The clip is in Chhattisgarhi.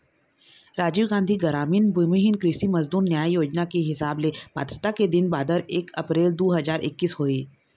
राजीव गांधी गरामीन भूमिहीन कृषि मजदूर न्याय योजना के हिसाब ले पात्रता के दिन बादर एक अपरेल दू हजार एक्कीस होही